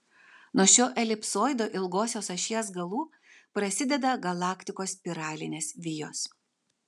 nuo šio elipsoido ilgosios ašies galų prasideda galaktikos spiralinės vijos